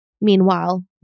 Meanwhile